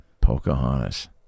Pocahontas